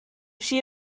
she